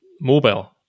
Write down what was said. mobile